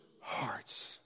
hearts